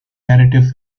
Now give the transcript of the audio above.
narrative